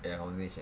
ya conversation